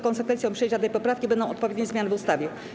Konsekwencją przyjęcia tej poprawki będą odpowiednie zmiany w ustawie.